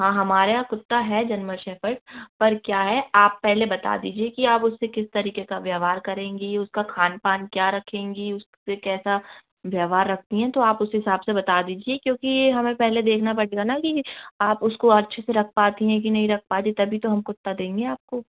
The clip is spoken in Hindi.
हाँ हमारे यहाँ है कुत्ता है जर्मन शेफ़र्ड पर क्या है आप पहले बता दीजिए कि आप उससे किस तरीक़े का व्यवहार करेंगी उसका खान पान क्या रखेंगी उससे कैसा व्यवहार रखती हैं तो आप उस हिसाब से बता दीजिए क्योंकि ये हमें पहले देखना पड़ेगा ना कि आप उसको अच्छे से रख पाती हैं कि नहीं रख पाती तभी तो हम कुत्ता देंगे आपको